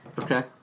Okay